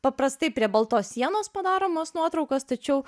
paprastai prie baltos sienos padaromos nuotraukos tačiau